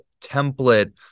template